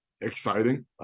exciting